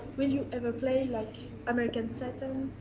will you ever play like american satan's